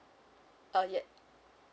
oh yup